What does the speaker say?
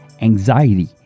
anxiety